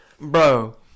Bro